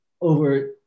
over